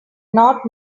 not